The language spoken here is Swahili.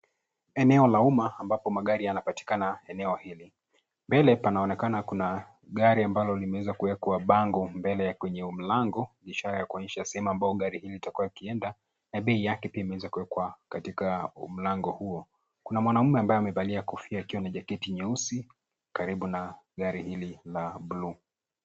Eneo la umma ambapo magari yanapatikana eneo ili, mbele panaonekana kuna gari ambalo limewezakuwekwa bango mbele ya mlango ishara ya kuonyesha sehemu ambayo gari hili litakuwa likienda na bei yake imeweza kuwekwa kwenye mlango huo. Kuna mwanaume ambaye amevalia kofia akiwa na jaketi nyeusi karibu na gari hili la bluu.